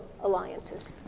alliances